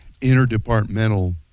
interdepartmental